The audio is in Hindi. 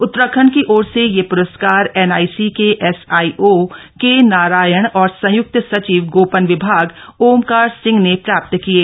उतराखण्ड की ओर से यह प्रस्कार एनआईसी के एसआईओ के नारायण और संयुक्त सचिव गोपन विभाग ओमकार सिंह ने प्राप्त किये